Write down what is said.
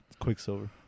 Quicksilver